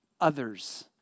others